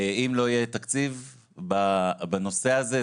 אם לא יהיה תקציב בנושא הזה,